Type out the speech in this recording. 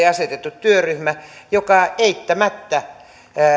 asetettu työryhmä mikä eittämättä